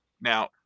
now